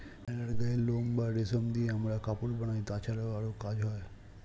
ভেড়ার গায়ের লোম বা রেশম দিয়ে আমরা কাপড় বানাই, তাছাড়াও আরো কাজ হয়